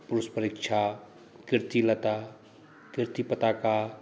पुरुष परीक्षा कीर्तिलता कीर्तिपताखा